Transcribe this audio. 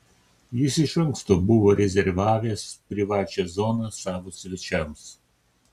jis iš anksto buvo rezervavęs privačią zoną savo svečiams